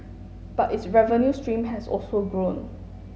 but its revenue stream has also grown